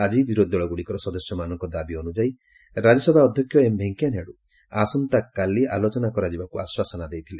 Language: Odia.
ଆଜି ବିରୋଧୀଦଳଗୁଡ଼ିକର ସଦସ୍ୟମାନଙ୍କ ଦାବି ଅନୁଯାୟୀ ରାଜ୍ୟସଭା ଅଧ୍ୟକ୍ଷ ଏମ୍ଭେଙ୍କିୟାନାଇଡୁ ଆସନ୍ତାକାଲି ଆଲୋଚନା କରାଯିବାକୁ ଆଶ୍ୱାସନା ଦେଇଥିଲେ